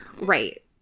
Right